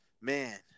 man